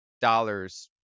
dollars